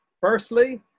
Firstly